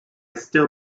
still